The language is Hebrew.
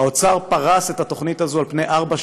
האוצר פרס את התוכנית הזאת על פני ארבע שנים,